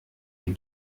den